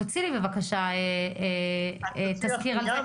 תוציא לי בבקשה תזכיר על זה.